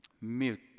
mute